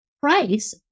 price